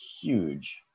huge